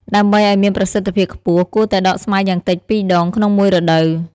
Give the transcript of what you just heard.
ដើម្បីឱ្យមានប្រសិទ្ធភាពខ្ពស់ គួរតែដកស្មៅយ៉ាងតិច ២ ដង ក្នុងមួយរដូវ។